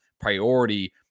priority